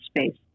space